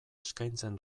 eskaitzen